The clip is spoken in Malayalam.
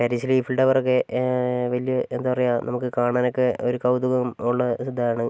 പാരീസിൽ ഈഫിൾ ടവർ ഒക്കെ വലിയ എന്താണ് പറയുക നമുക്ക് കാണാനൊക്കെ ഒരു കൗതുകം ഉള്ള ഇതാണ്